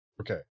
Okay